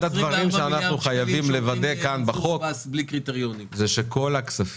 אחד הדברים שאנחנו חייבים לוודא כאן בחוק הוא שכל הכסף